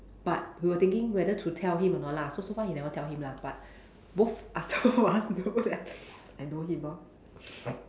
but we were thinking whether to tell him or not lah so so far he never tell him but both us of us know that I know him lor